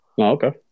Okay